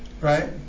right